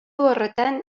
horretan